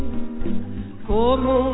como